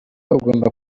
ugomba